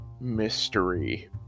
mystery